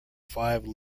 five